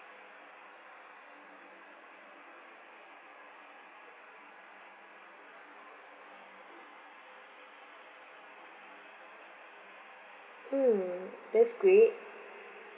mm that's great